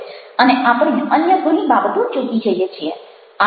અને આપણે અન્ય ઘણી બાબતો ચૂકી જઈએ છીએ